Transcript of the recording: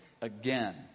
again